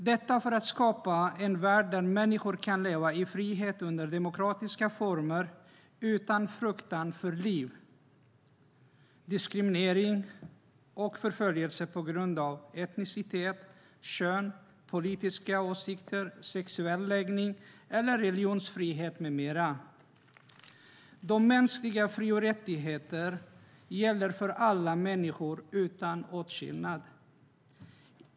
Detta gör vi för att skapa en värld där människor kan leva i frihet under demokratiska former utan fruktan för liv, diskriminering och förföljelse på grund av etnicitet, kön, politiska åsikter, sexuell läggning eller religionstillhörighet med mera. De mänskliga fri och rättigheterna gäller för alla människor utan åtskillnad.